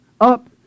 up